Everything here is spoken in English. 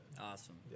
Awesome